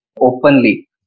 openly